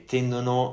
Tendono